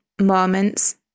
moments